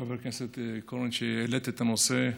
חברת הכנסת קורן, על שהעלית את הנושא.